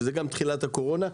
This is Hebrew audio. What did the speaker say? שזה גם תחילת הקורונה,